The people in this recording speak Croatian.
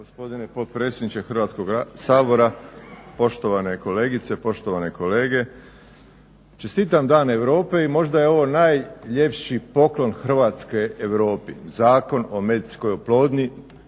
Gospodine potpredsjedniče Hrvatskog sabora, poštovane kolegice i kolege. Čestitam Dan Europe i možda je ovo najljepši poklon Hrvatske Europi Zakon o medicinskoj oplodnji